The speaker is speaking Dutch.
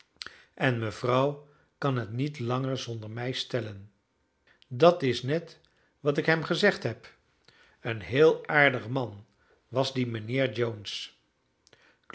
en mevrouw kan het niet langer zonder mij stellen dat is net wat ik hem gezegd heb een heel aardig man was die mijnheer jones